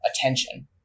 attention